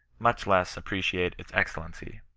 much less appreciate its excellency.